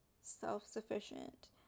self-sufficient